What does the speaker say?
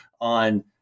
on